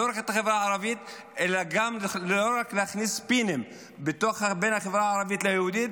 לא רק להכניס ספינים בין החברה הערבית ליהודית,